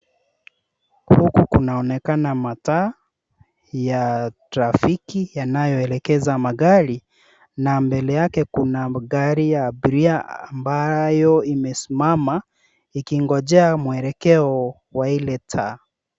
Huku kunaonekana mataa ya trafiki yanayoelekeza magari na mbele yake kuna gari ya abiria ambayo imesimama ikingojea mwelekeo wa ile taa.